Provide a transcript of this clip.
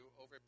over